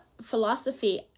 philosophy